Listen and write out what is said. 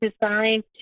designed